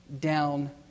down